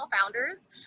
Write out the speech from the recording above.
founders